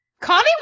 Connie